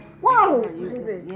Whoa